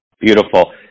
Beautiful